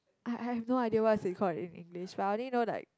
I I have no idea what is it called in English but I only know like